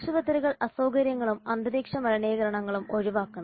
ആശുപത്രികൾ അസൌകര്യങ്ങളും അന്തരീക്ഷ മലിനീകരണവും ഒഴിവാക്കണം